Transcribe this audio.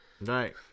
Right